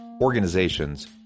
organizations